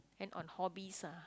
end on hobbies ah